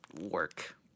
work